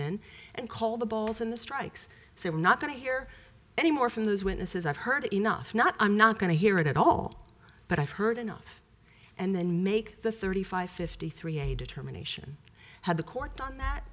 say we're not going to hear any more from those witnesses i've heard enough not i'm not going to hear it at all but i've heard enough and then make the thirty five fifty three a determination had the court on that